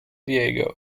diego